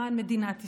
למען מדינת ישראל,